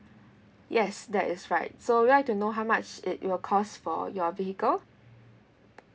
yes that is right so you would like to know how much it will cost for your vehicle